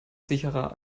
sicherer